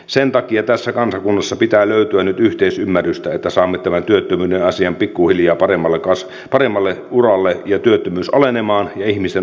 sen takia tässä kansakunnassa pitää löytyä nyt yhteisymmärrystä että saamme tämän työttömyyden pikkuhiljaa paremmalle uralle työttömyyden alenemaan ja ihmisten olotilan paranemaan